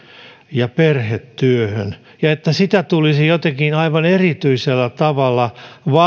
ja perhetyöhön ja että sitä tulisi jotenkin aivan erityisellä tavalla